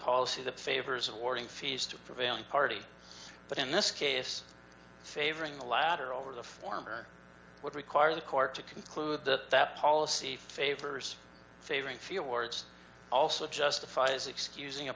policy that favors awarding fees to prevailing party but in this case favoring the latter over the former would require the court to conclude that that policy favors favoring few words also justifies excus